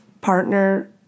partner